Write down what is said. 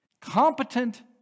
competent